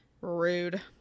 Rude